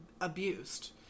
abused